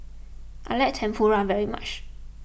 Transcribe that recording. I like Tempura very much